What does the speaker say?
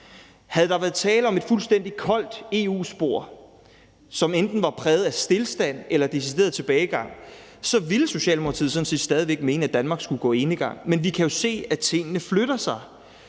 Havde der været tale om et fuldstændig koldt EU-spor, som enten var præget af stilstand eller decideret tilbagegang, ville Socialdemokratiet sådan set stadig væk mene, at Danmark skulle gå enegang, men vi kan jo se, at tingene flytter sig.